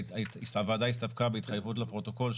הוועדה הסתפקה בהתחייבות לפרוטוקול,